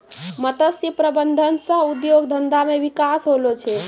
मत्स्य प्रबंधन सह उद्योग धंधा मे बिकास होलो छै